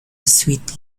suite